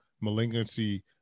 malignancy